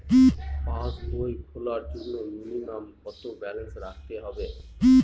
পাসবই খোলার জন্য মিনিমাম কত ব্যালেন্স রাখতে হবে?